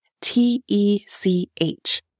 T-E-C-H